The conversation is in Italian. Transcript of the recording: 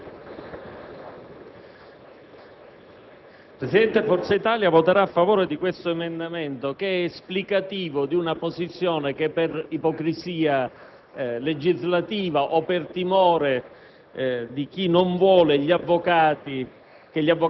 Presidente, Forza Italia voterà a favore dell'emendamento 4.101, esplicativo di una posizione che, per ipocrisia